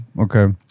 Okay